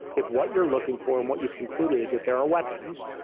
if what you're looking for and what you've concluded is that there are weapons,